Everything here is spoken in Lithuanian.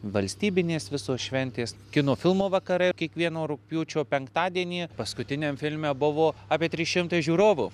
valstybinės visos šventės kino filmų vakarai kiekvieno rugpjūčio penktadienį paskutiniam filme buvo apie trys šimtai žiūrovų